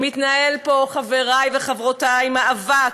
מתנהל פה, חברי וחברותי, מאבק,